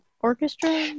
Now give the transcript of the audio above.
orchestra